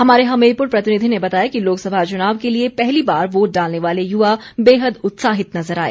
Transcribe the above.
हमारे हमीरपुर प्रतिनिधि ने बताया है कि लोकसभा चुनाव के लिए पहली बार वोट डालने वाले युवा बेहद उत्साहित नज़र आए